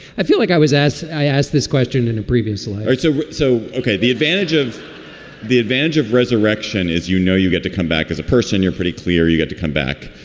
i feel like i was as i asked this question in a previous life so. so, okay the advantage of the advantage of resurrection is, you know, you get to come back as a person. you're pretty clear. you got to come back.